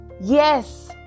Yes